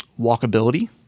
walkability